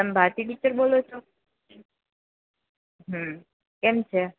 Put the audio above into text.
તમે ભારતી ટીચર બોલો છો હમ કેમ છે